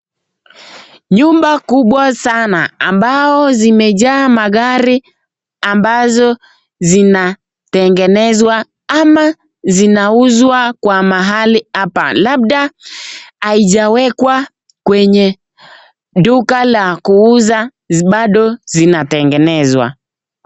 Nyumba kubwa sana ambao zimejaa magari ambazo zinatengenezwa ama zinauzwa kwa mahali hapa labda haijawekwa kwenye duka la kuuzwa bado zinatengenezwa.